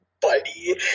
buddy